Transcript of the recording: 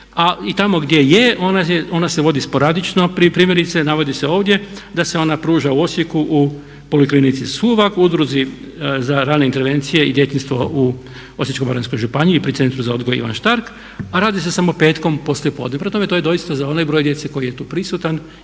a i tamo gdje je ona se vodi sporadično, primjerice navodi se ovdje da se ona pruža u Osijeku u poliklinici Suvag, udruzi za rane intervencije i djetinjstvo u Osječko-baranjskoj županiji pri Centru za odgoj Ivan Štark a radi se samo petkom poslijepodne. Prema tome, to je doista za onaj broj djece koji je tu prisutan